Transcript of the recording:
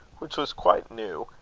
which was quite new,